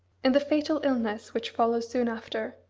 in the fatal illness which follows soon after,